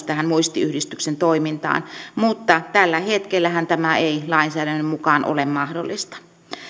tähän muistiyhdistyksen toimintaan mutta tällä hetkellähän tämä ei lainsäädännön mukaan ole mahdollista